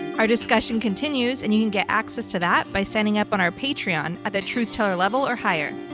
our discussion continues and you can get access to that by standing up on our patreon at the truth teller level or higher.